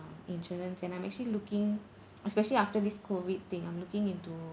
insurance and I'm actually looking especially after this COVID thing I'm looking into